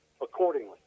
accordingly